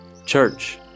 Church